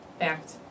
Fact